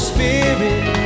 Spirit